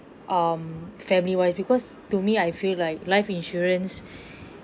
um family wise because to me I feel like life insurance